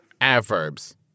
Adverbs